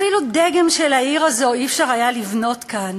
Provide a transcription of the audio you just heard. אפילו דגם של העיר הזאת אי-אפשר היה לבנות כאן